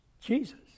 Jesus